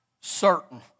certain